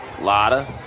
Lotta